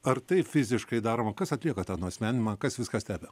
ar tai fiziškai daroma kas atlieka tą nuasmeninimą kas viską stebi